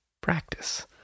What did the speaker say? practice